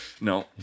no